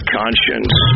conscience